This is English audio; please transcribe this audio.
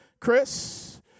Chris